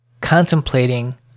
contemplating